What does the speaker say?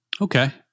Okay